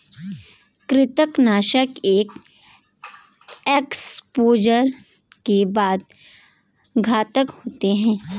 कृंतकनाशक एक एक्सपोजर के बाद घातक होते हैं